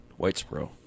Whitesboro